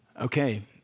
Okay